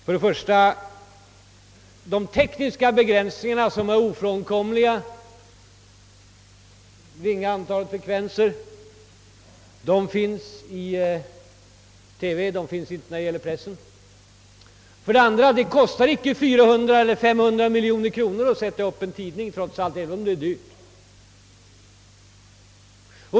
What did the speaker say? För det första gäller de i TV ofrånkomliga tekniska begränsningarna genom det ringa antalet frekvenser inte för pressens vidkommande. För det andra kostar det icke 400 eller 500 miljoner kronor att sätta upp en tidning, även om det också i och för sig är dyrt.